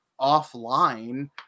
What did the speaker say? offline